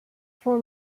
for